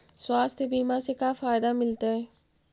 स्वास्थ्य बीमा से का फायदा मिलतै?